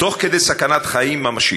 תוך כדי סכנת חיים ממשית.